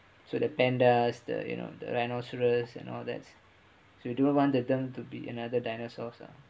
so the pandas the you know the rhinoceros and all that so do you want that them to be another dinosaurs ah